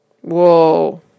Whoa